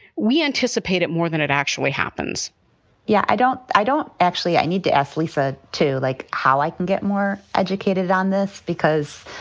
we anticipate it more than it actually happens yeah, i don't i don't actually. i need to athletes get ah to, like, how i can get more educated on this because